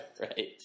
Right